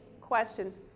questions